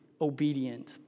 obedient